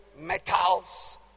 metals